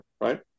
right